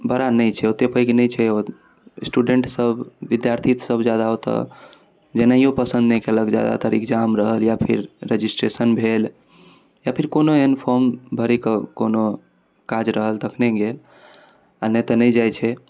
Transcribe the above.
बड़ा नहि छै ओतेक पैघ नहि छै स्टूडेन्टसब विद्यार्थीसब ज्यादा ओतऽ जेनाइओ पसन्द नहि केलक जादातर एग्जाम रहल या फिर रजिस्ट्रेशन भेल या फिर कोनो एहन फॉर्म भरैके कोनो काज रहल तखने गेल आओर नहि तऽ नहि जाइ छै